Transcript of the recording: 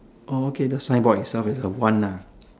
orh okay the signboard itself is a one nah